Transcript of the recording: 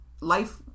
life